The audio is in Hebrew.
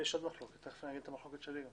תכף אני אומר את המחלוקת שלי.